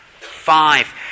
Five